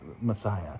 Messiah